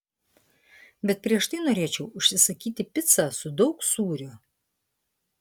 bet prieš tai norėčiau užsisakyti picą su daug sūrio